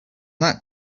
that